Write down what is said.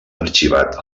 arxivat